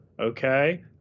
okay